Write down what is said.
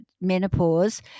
menopause